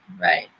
right